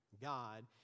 God